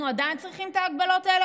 אנחנו עדיין צריכים את ההגבלות האלה